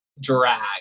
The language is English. drag